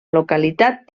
localitat